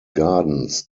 gardens